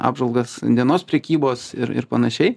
apžvalgas dienos prekybos ir ir panašiai